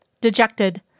Dejected